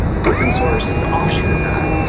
open source is offshoot of that.